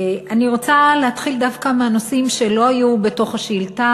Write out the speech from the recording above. אני רוצה להתחיל דווקא מהנושאים שלא היו בתוך השאילתה